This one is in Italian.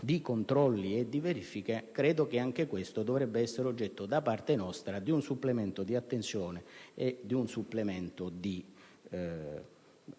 di controlli e di verifiche, credo che anche questo aspetto dovrebbe essere oggetto da parte nostra di un supplemento di attenzione e di sensibilità.